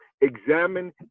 examine